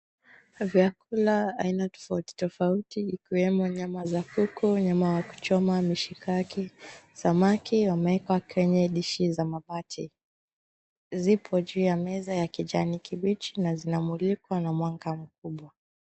Vyakula aina tofauti tofauti ikiwemo nyama za kuku, nyama wa kuchoma, mishikaki, samaki. Wamewekwa kwenye dishi za mabati zipo juu ya meza ya kijani kibichi na zinamulikwa na mwanga mkubwa.